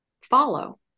follow